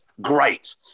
great